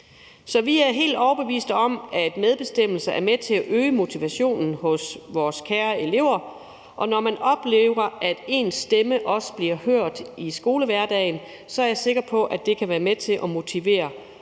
så vi er helt overbeviste om, at medbestemmelse er med til at øge motivationen hos vores kære elever. Når man oplever, at ens stemme også bliver hørt i skolehverdagen, er jeg sikker på, at det kan være med til at motivere eleverne